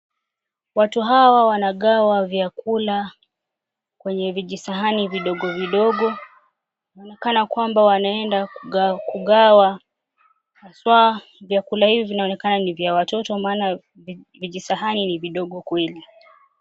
Watu hawa wanagawa vyakula kwenye vijisahani vidogovidogo. Inaonekana kwamba wanenda kugawa kugawa haswa vyakula hivi vinaonekana ni vya watoto maana vijisahani ni vidogo kweli.